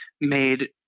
made